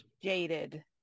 jaded